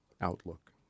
outlook